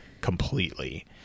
completely